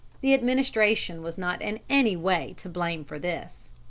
the administration was not in any way to blame for this.